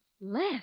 less